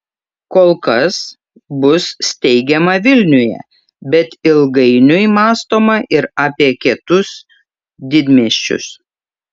kol kas bus steigiama vilniuje bet ilgainiui mąstoma ir apie kitus didmiesčius